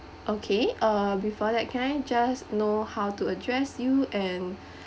okay uh before that can I just know how to address you and